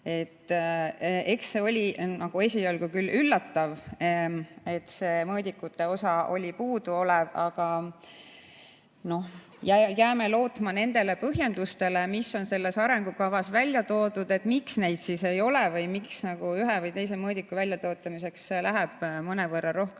eks see oli esialgu küll üllatav, et see mõõdikute osa oli puudu. Aga jääme lootma nendele põhjendustele, mis on selles arengukavas välja toodud, miks neid mõõdikuid ei ole või miks läheb ühe või teise mõõdiku väljatöötamiseks mõnevõrra rohkem